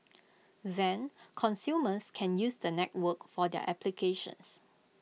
then consumers can use the network for their applications